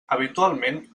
habitualment